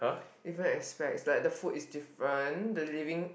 different aspects like the food is different the living